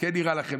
כן נראה לכם,